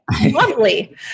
Lovely